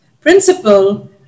principle